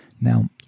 Now